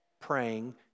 praying